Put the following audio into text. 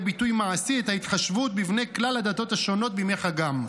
ביטוי מעשי את ההתחשבות בבני כלל הדתות השונות בימי חגם.